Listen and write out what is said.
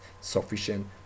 sufficient